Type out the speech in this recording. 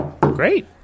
Great